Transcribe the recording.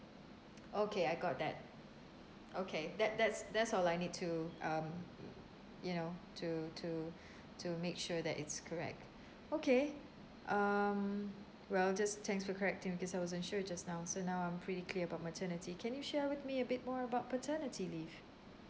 okay I got that okay that that's that's all I need to um you know to to to make sure that it's correct okay um well just thanks for correcting because I wasn't sure just now so now I'm pretty clear about maternity can you share with me a bit more about paternity leave